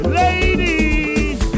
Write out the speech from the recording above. ladies